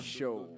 Show